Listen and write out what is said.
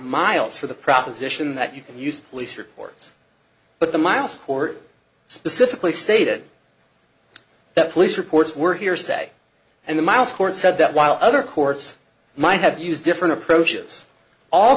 miles for the proposition that you can use police reports but the miles court specifically stated that police reports were hearsay and the miles court said that while other courts might have used different approaches all